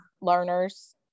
learners